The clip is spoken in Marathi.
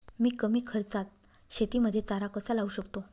मी कमी खर्चात शेतीमध्ये चारा कसा लावू शकतो?